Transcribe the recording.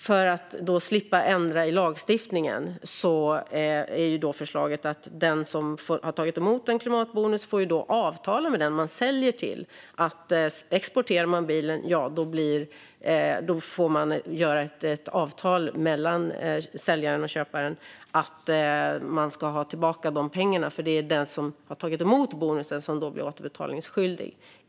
För att slippa ändra i lagstiftningen är förslaget att den som har tagit emot en klimatbonus får avtala med köparen vid en export att man ska ha tillbaka de pengarna. Det är den som har tagit emot bonusen som blir återbetalningsskyldig.